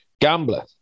Gambler